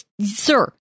sir